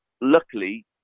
luckily